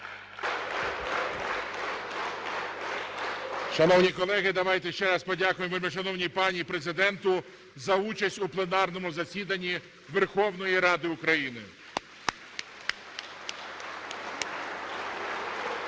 Шановні колеги, давайте ще раз подякуємо вельмишановній пані Президенту за участь у пленарному засіданні Верховної Ради України.